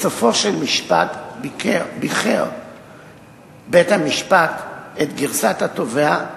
בסופו של המשפט ביכר בית-המשפט את גרסת התובע,